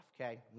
okay